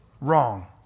Wrong